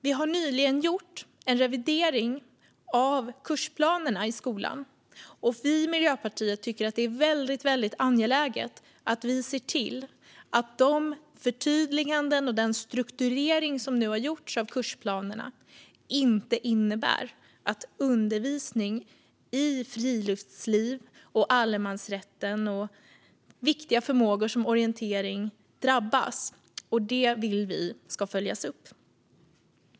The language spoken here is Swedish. Vi har nyligen gjort en revidering av kursplanerna i skolan. Miljöpartiet tycker att det är väldigt angeläget att vi ser till att de förtydliganden och den strukturering som nu har gjorts av kursplanerna inte innebär att undervisning i friluftsliv, allemansrätten och viktiga förmågor som orientering drabbas. Det vill vi ska följas upp.